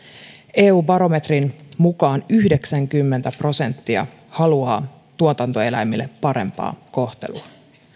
eu barometrin mukaan yhdeksänkymmentä prosenttia haluaa tuotantoeläimille parempaa kohtelua